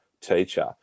teacher